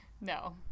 No